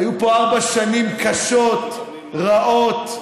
היו פה ארבע שנים קשות, רעות,